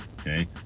okay